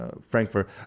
Frankfurt